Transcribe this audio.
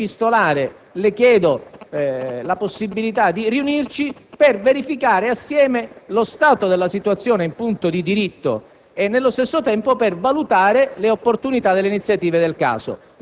Quindi, in via orale e non epistolare, le chiedo la possibilità di riunirci per verificare assieme lo stato della situazione in punto di diritto